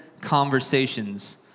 conversations